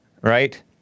right